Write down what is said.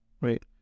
right